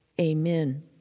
Amen